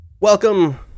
Welcome